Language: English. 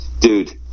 dude